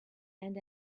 and